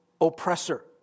oppressor